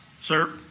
sir